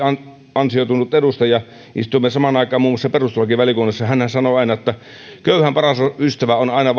ansioitunut edustaja istuimme samaan aikaan muun muassa perustuslakivaliokunnassa ja hänhän sanoi aina että köyhän paras ystävä on aina